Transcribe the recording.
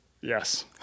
Yes